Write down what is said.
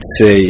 say